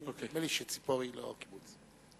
נדמה לי שציפורי לא קיבוץ.